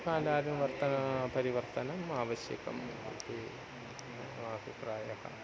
कालानुवर्ति परिवर्तनम् आवश्यकम् इति अभिप्रायः